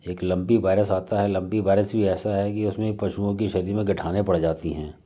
एक lumpy virus आता है लम्पी वायरस भी ऐसा है कि उसमें पशुओं के शरीर में गठाने पर जाती हैं